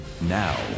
Now